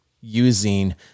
using